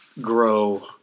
grow